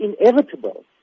inevitable